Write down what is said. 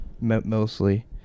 Mostly